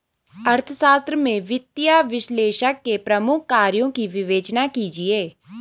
अर्थशास्त्र में वित्तीय विश्लेषक के प्रमुख कार्यों की विवेचना कीजिए